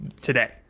today